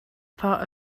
part